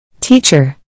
Teacher